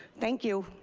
thank you.